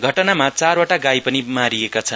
घटनामा चारवटा गाई पनि मारिएका छन्